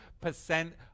percent